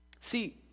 See